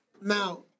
Now